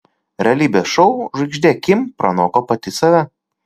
realybės šou žvaigždė kim pranoko pati save